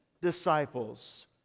disciples